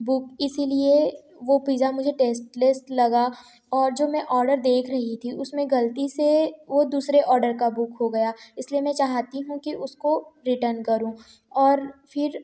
वो इसीलिए वो पिज़्ज़ा मुझे टेस्टलेस लगा और जो मैं ऑडर देख रही थी उसमें गलती से वो दूसरे ऑर्डर का बुक हो गया इसलिए मैं चाहिती हूँ कि उसको रिटर्न करूँ और फिर